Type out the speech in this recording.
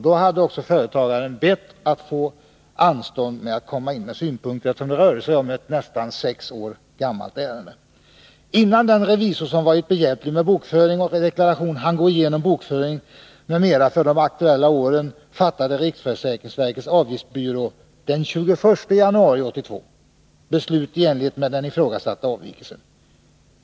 Då hade företagaren också bett att få anstånd med att komma in med synpunkter, eftersom det rörde sig om ett nästan sex år gammalt ärende. Innan den revisor som varit behjälplig med bokföring och deklaration hann gå igenom bokföring m.m. för det aktuella året, fattade riksförsäkringsverkets avgiftsbyrå den 21 januari 1982 beslut i enlighet med den ifrågasatta avvikelsen.